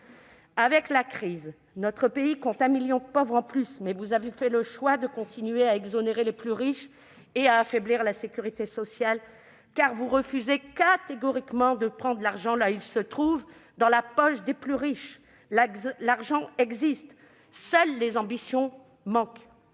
Avec la crise, notre pays compte un million de pauvres en plus, mais vous avez fait le choix de continuer d'exonérer les plus riches et d'affaiblir la sécurité sociale. En effet, vous refusez catégoriquement de prendre l'argent là où il se trouve, c'est-à-dire dans la poche des plus riches ! L'argent existe ; seules les ambitions manquent